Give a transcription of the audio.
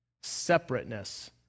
Separateness